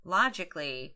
logically